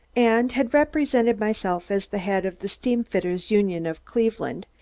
and had represented myself as the head of the steamfitters' union of cleveland,